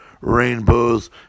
rainbows